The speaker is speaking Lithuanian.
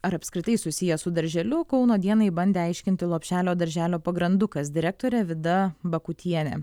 ar apskritai susiję su darželiu kauno dienai bandė aiškinti lopšelio darželio pagrandukas direktorė vida bakutienė